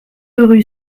rue